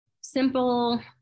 simple